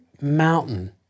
mountain